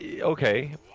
Okay